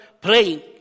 praying